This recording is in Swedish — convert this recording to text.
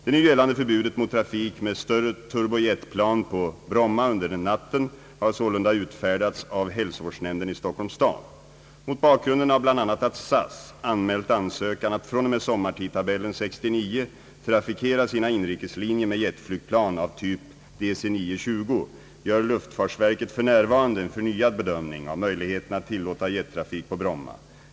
Det nu gällande förbudet mot trafik med större turbojetplan på Bromma under natten har sålunda utfärdats av hälsovårdsnämnden i Stockholms stad. Mot bakgrund av bl.a. att SAS anmält önskan att fr, o. m, sommartidtabellen 1969 trafikera sina inrikeslinjer med jetflygplan av typ DC-9-20 gör luftfartsverket f. n. en förnyad bedömning av möjligheterna att tillåta jettrafik på Bromma.